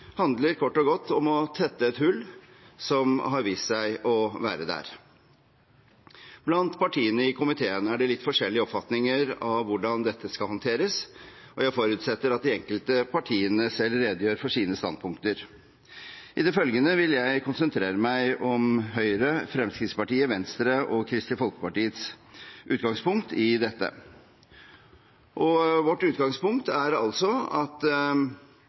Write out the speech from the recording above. handler kort og godt om å tette et hull som har vist seg å være der. Blant partiene i komiteen er det litt forskjellige oppfatninger av hvordan dette skal håndteres, og jeg forutsetter at de enkelte partiene selv redegjør for sine standpunkter. I det følgende vil jeg konsentrere meg om Høyre, Fremskrittspartiet, Venstre og Kristelig Folkepartis utgangspunkt i dette. Vårt utgangspunkt er altså at